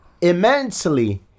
immensely